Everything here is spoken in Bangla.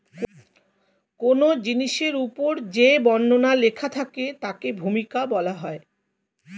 কোন জিনিসের উপর যে বর্ণনা লেখা থাকে তাকে ভূমিকা বলা হয়